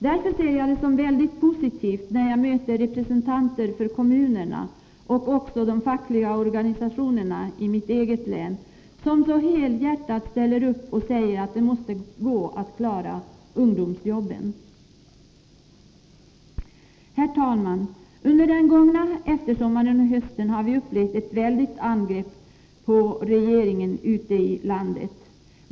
Därför ser jag det som väldigt positivt när jag i mitt eget län möter representanter för kommunerna, och även för de fackliga organisationerna, som helhjärtat ställer upp och säger att det måste gå att klara ungdomsjobben. Herr talman! Under den gångna eftersommaren och hösten har vi upplevt ett väldigt angrepp på regeringen ute i landet.